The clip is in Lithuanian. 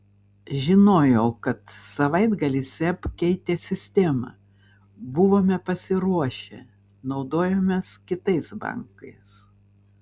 žinojau kad savaitgalį seb keitė sistemą buvome pasiruošę naudojomės kitais bankais